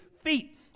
feet